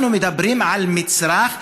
אנחנו מדברים על מצרך,